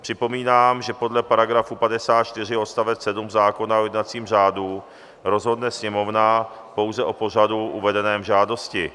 Připomínám, že podle § 54 odst. 7 zákona o jednacím řádu rozhodne Sněmovna pouze o pořadu uvedeném v žádosti.